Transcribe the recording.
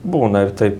būna ir taip